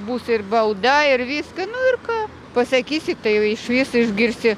bus ir bauda ir viską nu ir ką pasakysi tai jau išvis išgirsi